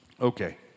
Okay